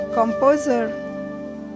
composer